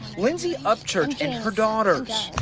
lindsay of church and her daughters.